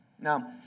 Now